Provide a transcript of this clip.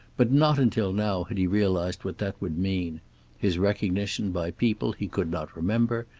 but not until now had he realized what that would mean his recognition by people he could not remember,